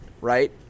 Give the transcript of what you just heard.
right